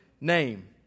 name